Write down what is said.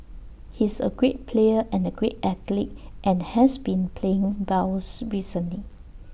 he's A great player and A great athlete and has been playing well recently